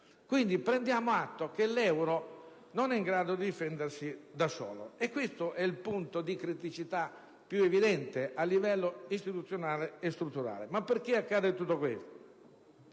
bilancio. Prendiamo atto dunque che l'euro non è in grado di difendersi da solo e questo è il punto di criticità più evidente a livello istituzionale e strutturale. Perché, però, accade tutto questo?